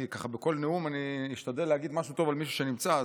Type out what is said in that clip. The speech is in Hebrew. בכל נאום אני אשתדל להגיד משהו טוב על מישהו שנמצא.